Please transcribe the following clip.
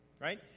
right